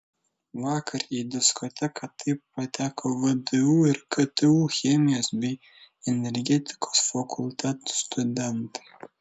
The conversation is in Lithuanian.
vakar į diskoteką taip pateko vdu ir ktu chemijos bei energetikos fakultetų studentai